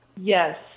Yes